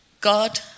God